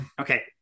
Okay